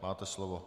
Máte slovo.